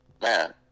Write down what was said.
man